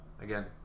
Again